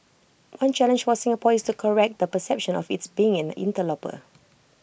one challenge for Singapore is to correct the perception of IT being an interloper